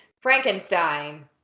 Frankenstein